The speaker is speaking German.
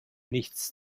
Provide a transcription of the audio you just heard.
nichts